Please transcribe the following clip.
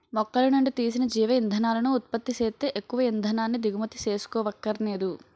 మొక్కలనుండి తీసిన జీవ ఇంధనాలను ఉత్పత్తి సేత్తే ఎక్కువ ఇంధనాన్ని దిగుమతి సేసుకోవక్కరనేదు